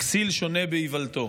כסיל שונה באִוַלתו".